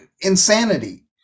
insanity